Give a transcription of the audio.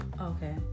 Okay